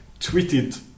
Tweeted